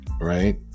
right